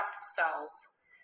cells